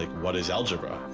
like what is algebra?